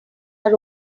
are